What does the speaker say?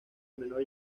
menor